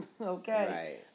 Okay